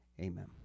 Amen